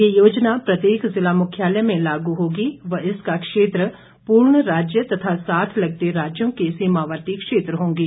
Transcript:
यह योजना प्रत्येक जिला मुख्यालय में लागू होगी व इसका क्षेत्र पूर्ण राज्य तथा साथ लगते राज्यों के सीमावर्ती क्षेत्र होंगे